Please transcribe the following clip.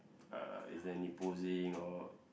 uh is there any posing or